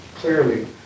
Clearly